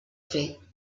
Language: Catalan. fer